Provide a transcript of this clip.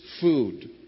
food